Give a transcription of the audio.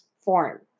form